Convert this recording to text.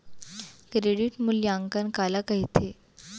Credit मूल्यांकन काला कहिथे?